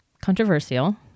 controversial